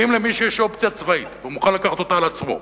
ואם למישהו יש אופציה צבאית והוא מוכן לקחת אותה על עצמו,